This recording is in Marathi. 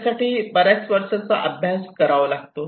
त्यासाठी बऱ्याच वर्षाचा अभ्यास करावा लागतो